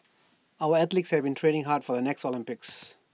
our athletes have been training hard for the next Olympics